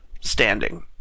standing